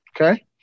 Okay